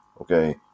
Okay